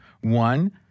One